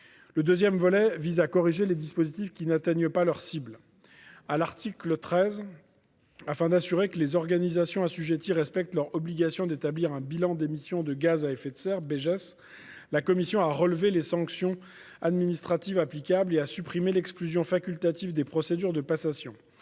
modifications visant à corriger des dispositifs qui n'atteignent pas leur cible. À l'article 13, afin de garantir que les organisations assujetties respecteront leur obligation d'établir un bilan d'émissions de gaz à effet de serre (Beges), notre commission a relevé les sanctions administratives applicables et a supprimé l'exclusion facultative des procédures de passation